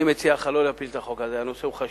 אני מציע לך לא להפיל את החוק הזה, הנושא חשוב.